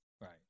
right